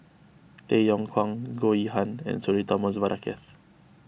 Tay Yong Kwang Goh Yihan and Sudhir Thomas Vadaketh